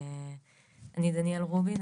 אני דניאל רובין,